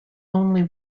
only